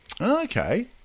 Okay